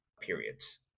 periods